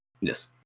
Yes